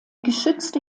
geschützte